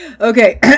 Okay